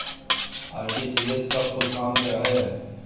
RTGS का full form क्या है?